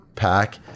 pack